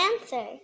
answer